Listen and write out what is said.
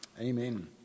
Amen